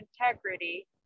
integrity